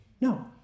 No